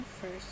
first